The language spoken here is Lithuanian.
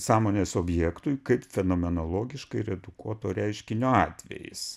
sąmonės objektui kaip fenomenologiškai redukuoto reiškinio atvejis